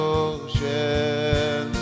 ocean